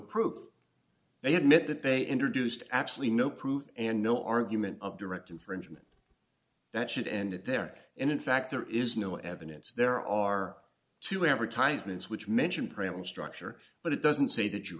proof they admit that they introduced absolutely no proof and no argument of direct infringement that should end it there and in fact there is no evidence there are two advertisements which mention print structure but it doesn't say that you